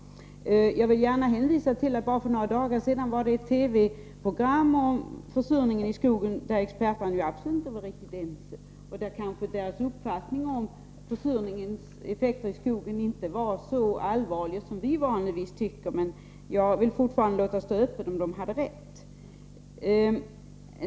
För bara några dagar sedan var det ett TV-program om försurningen i skogen där experterna absolut inte var ense; de hade kanske inte uppfattningen att försurningens effekter i skogen är så allvarliga som vi vanligtvis tycker, men jag vill låta det stå öppet om de hade rätt.